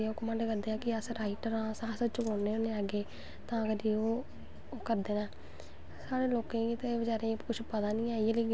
पैह्लैं ते एह् सखादे हे कि ओह्दा पैह्लैं ते तरपाईयां सखांदे हे सारें कोला दा पैह्लें तरपाईयां आंहगन फिर करवांदे ऐं